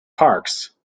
parks